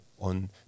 on